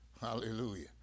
Hallelujah